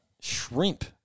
shrimp